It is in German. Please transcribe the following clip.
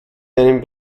deinen